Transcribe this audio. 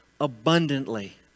abundantly